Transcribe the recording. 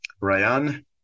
Ryan